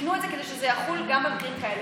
תיקנו את זה, כדי שזה יחול גם על מקרים כאלה.